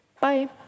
Bye